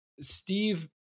steve